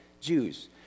Jews